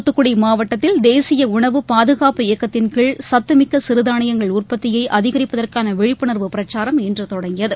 தூத்துக்குடி மாவட்டத்தில் தேசிய உணவு பாதுகாப்பு இயக்கத்தின் கீழ் சத்துமிக்க சிறுதானியங்கள் உற்பத்தியை அதிகரிப்பதற்கான விழிப்புணா்வு பிரச்சாரம் இன்று தொடங்கியது